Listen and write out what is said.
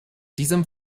diesem